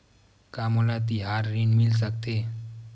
का मोला तिहार ऋण मिल सकथे?